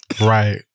Right